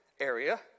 area